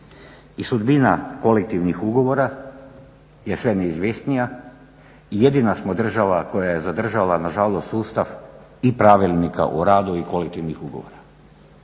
I sudbina kolektivnih ugovora je sve neizvjesnija i jedina smo država koja je zadržala nažalost sustav i Pravilnika o radu i kolektivnih ugovora.